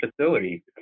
facility